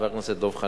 חבר הכנסת דב חנין,